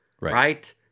right